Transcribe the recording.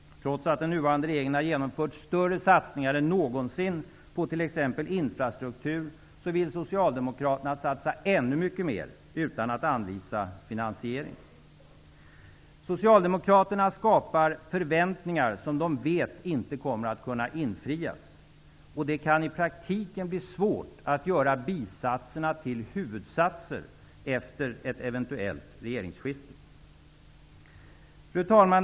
Trots att den nuvarande regeringen har genomfört större satsningar än någonsin på t.ex. infrastrukturen vill Socialdemokraterna satsa ännu mycket mera, utan att anvisa någon finansiering. Socialdemokraterna skapar förväntningar som de vet inte kommer att kunna infrias. Det kan i praktiken bli svårt att göra bisatserna till huvudsatser efter ett eventuellt regeringsskifte. Fru talman!